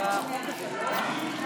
זה מה שסוכם, שהוא עונה על ארבעתן.